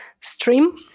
stream